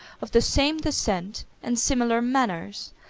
of the same descent and similar manners,